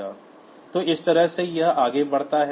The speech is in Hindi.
तो इस तरह से यह आगे बढ़ता है